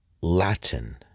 Latin